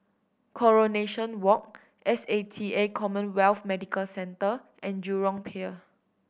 Coronation Walk S A T A CommHealth Medical Centre and Jurong Pier